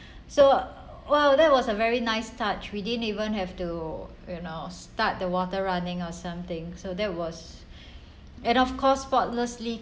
so !wow! that was a very nice touch we didn't even have to you know start the water running or something so that was and of course faultlessly